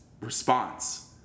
response